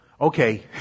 Okay